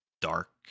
dark